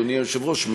אדוני היושב-ראש,